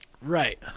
Right